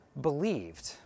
believed